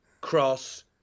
cross